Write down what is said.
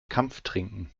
kampftrinken